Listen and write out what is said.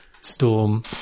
storm